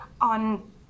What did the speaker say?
on